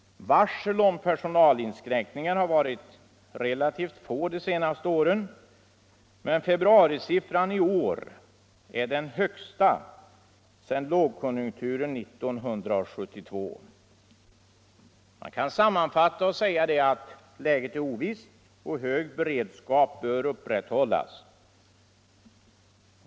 Varsel om personalinskränkningar har varit relativt få de senaste åren, men februarisiffran i år är den högsta sedan lågkonjunkturen 1972. Man kan sammanfatta och säga att läget är ovisst och att hög beredskap bör upprätthållas.